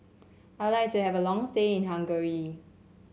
I would like to have a long stay in Hungary